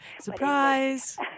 Surprise